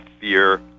fear